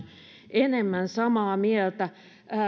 enemmän samaa mieltä